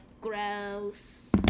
gross